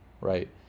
right